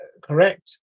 correct